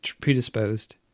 predisposed